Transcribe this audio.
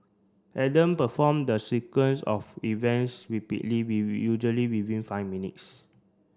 Adam performed the sequence of events rapidly usually within five minutes